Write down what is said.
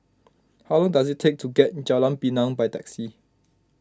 how long does it take to get to Jalan Pinang by taxi